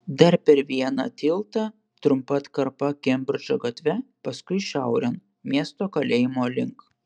dar per vieną tiltą trumpa atkarpa kembridžo gatve paskui šiaurėn miesto kalėjimo link